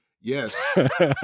Yes